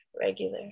regular